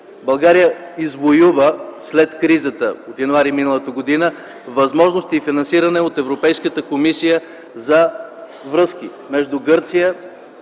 България извоюва след кризата от месец януари миналата година възможности и финансиране от Европейската комисия за връзка между Гърция